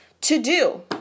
To-do